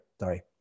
sorry